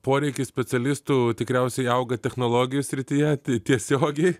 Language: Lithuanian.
poreikis specialistų tikriausiai auga technologijų srityje tai tiesiogiai